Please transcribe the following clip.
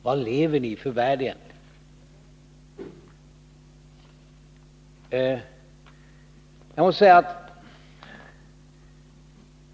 Vad lever ni i för värld egentligen?